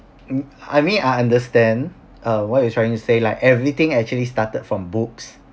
mm I mean I understand uh what you trying to say like everything actually started from books